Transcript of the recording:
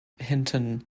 hinton